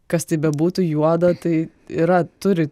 kasti bebūtų juoda tai yra turi